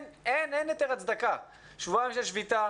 שבועיים שביתה,